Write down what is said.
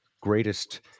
greatest